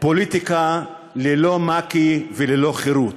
פוליטיקה ללא מק"י וללא חרות.